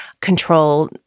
control